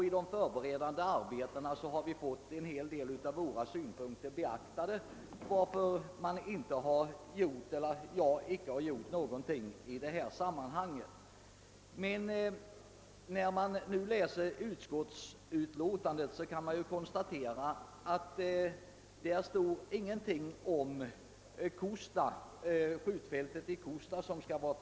I de förberedande arbetena har vi också fått en hel del av våra synpunkter beaktade, varför jag för min del inte tidigare tagit upp denna fråga. När man nu läser utskottsutlåtandet kan man emellertid konstatera att det där inte står något alls om det helt nya skjutfältet i Kosta.